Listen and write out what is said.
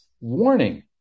warning